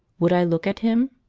would i look at him?